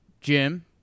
Jim